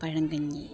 പഴങ്കഞ്ഞി